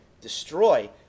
destroy